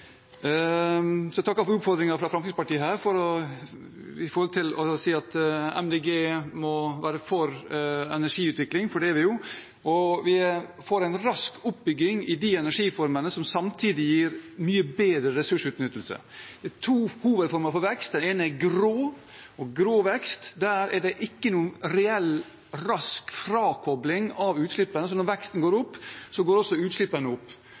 Så jeg takker for utfordringen fra Fremskrittspartiet om å si at Miljøpartiet De Grønne er for energiutvikling, for det er vi jo. Vi er for en rask oppbygging av de energiformene som samtidig gir mye bedre ressursutnyttelse. Det er to hovedformer for vekst. Den ene er grå, og der er det ikke noen reell, rask frakobling av utslippene, så når veksten går opp, går også utslippene opp.